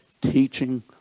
teaching